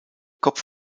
kopf